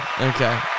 Okay